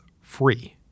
free